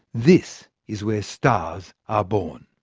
this is where stars are born.